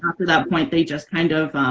after that point they just kind of